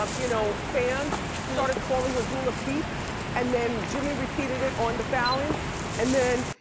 um you know, fans started calling her dula peep and then jimmy repeated it on the fallon and then,